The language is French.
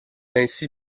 ainsi